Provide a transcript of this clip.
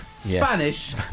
Spanish